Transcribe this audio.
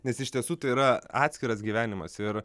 nes iš tiesų tai yra atskiras gyvenimas ir